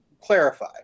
clarify